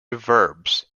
verbs